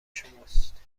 شماست